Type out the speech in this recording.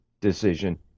decision